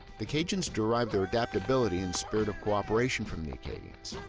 the cajuns derive their adaptability and spirit of cooperation from the acadians,